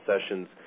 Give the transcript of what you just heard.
sessions